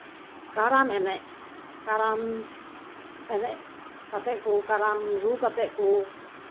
ᱠᱟᱨᱟᱢ ᱮᱱᱮᱡ ᱠᱟᱨᱟᱢ ᱮᱱᱮᱡ ᱠᱟᱛᱮ ᱠᱚ ᱠᱟᱨᱟᱢ ᱨᱩ ᱠᱟᱛᱮ ᱠᱚ